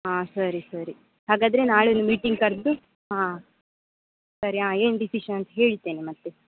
ಹಾಂ ಸರಿ ಸರಿ ಹಾಗಾದರೆ ನಾಳೆ ಒಂದು ಮೀಟಿಂಗ್ ಕರೆದು ಹಾಂ ಸರಿ ಹಾಂ ಏನು ಡಿಸಿಶನ್ ಅಂತ ಹೇಳ್ತೇನೆ ಮತ್ತೆ